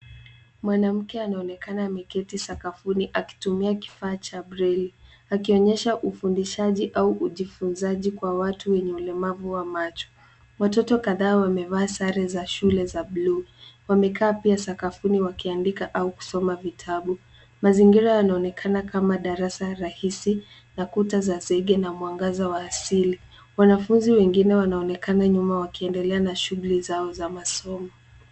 Mwanamke anaonekana ameketi sakafuni akitumia kifaa cha breili. Akionyesha ufundishaji an ujifunzaji kwa watu wenye ulemavu wa macho. Watoto kadhaa wamevaa sare za shule za blue . Wamekaa pia sakafuni wakiandika au kusoma vitabu. Mazingira yanaonekana kama darasa rahisi na kuta za zege na mwangaza wa asili. Wanafunzi wengine wanaonekana nyuma wakiendelia na shughuli zao za masomo.